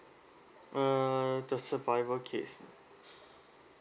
uh the survivor case ah